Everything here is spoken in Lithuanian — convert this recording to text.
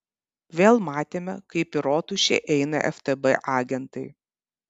vėl matėme kaip į rotušę eina ftb agentai